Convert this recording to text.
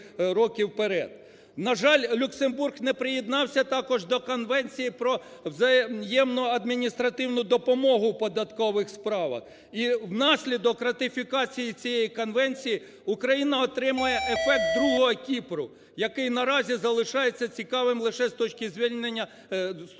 На жаль, Люксембург не приєднався також до Конвенції про взаємну адміністративну допомогу в податкових справах і внаслідок ратифікації цієї конвенції Україна отримує ефект другого Кіпру, який наразі залишається цікавим лише з точки зору звільнення від